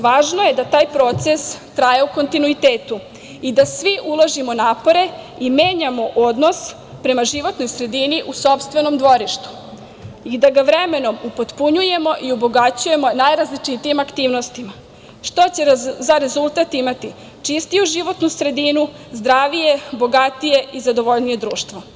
Važno je da taj proces traje u kontinuitetu i da svi uložimo napore i menjamo odnos prema životnoj sredini u sopstvenom dvorištu i da ga vremenom upotpunjujemo i obogaćujemo najrazličitijim aktivnostima, što će za rezultat imati čistiju životnu sredinu, zdravije i bogatije i zadovoljnije društvo.